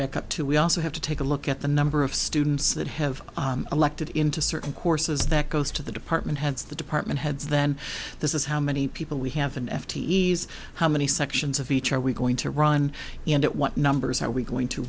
back up too we also have to take a look at the number of students that have elected into certain courses that goes to the department heads the department heads then this is how many people we have and f t s how many sections of each are we going to run and at what numbers are we going to